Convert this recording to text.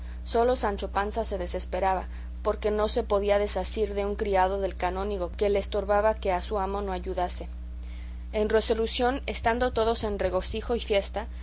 sólo sancho panza se desesperaba porque no se podía desasir de un criado del canónigo que le estorbaba que a su amo no ayudase en resolución estando todos en regocijo y fiesta